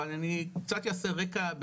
אבל אני קצת יעשה רקע.